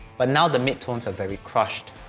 but now the midtones are very crushed.